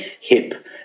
hip